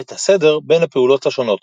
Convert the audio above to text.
ואת הסדר בין הפעולות השונות.